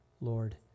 Lord